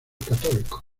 católico